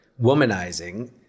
womanizing